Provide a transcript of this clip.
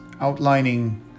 outlining